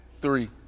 Three